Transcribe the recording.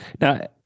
Now